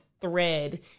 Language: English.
thread